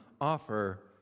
offer